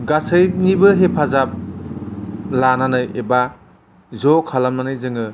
गासैनिबो हेफाजाब लानानै एबा ज'खालामनानै जोङाे